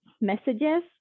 messages